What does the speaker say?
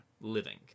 living